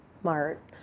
smart